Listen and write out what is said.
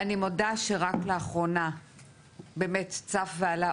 אני מודה שרק לאחרונה באמת צפה ועלתה